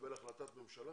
לקבל החלטת ממשלה?